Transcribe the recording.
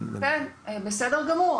כן, בסדר גמור.